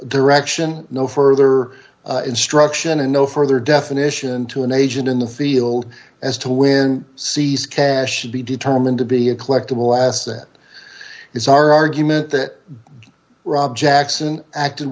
direction no further instruction and no further definition to an agent in the field as to when c's cash should be determined to be a collectible asset is our argument that rob jackson acted